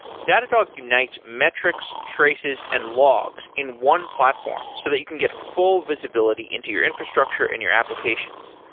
datadog unites metrics, traces and logs in one platform so that you can get full visibility into your infrastructure in your applications.